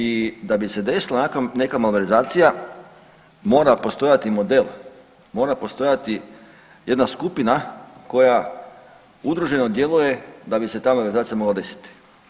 I da bi se desila neka malverzacija mora postojati model, mora postojati jedna skupina koja udruženo djeluje da bi se ta malverzacija mogla desiti.